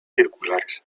circulares